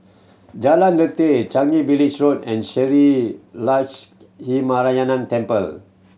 Jalan Lateh Changi Village Road and Shree Lakshminarayanan Temple